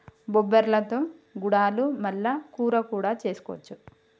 బొబ్బర్లతో గుడాలు మల్ల కూర కూడా చేసుకోవచ్చు